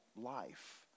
life